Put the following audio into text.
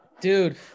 Dude